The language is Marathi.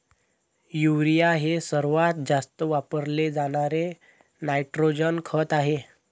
युरिया हे सर्वात जास्त वापरले जाणारे नायट्रोजन खत आहे